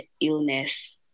illness